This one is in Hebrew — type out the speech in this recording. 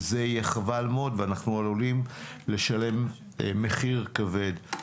וזה יהיה חבל מאוד ואנחנו עלולים לשלם מחיר כבד.